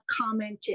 commented